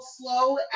Slow